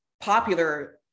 popular